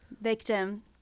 Victim